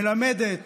מלמדת